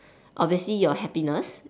obviously your happiness